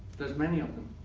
there's many of them.